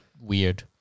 weird